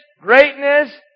greatness